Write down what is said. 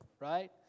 right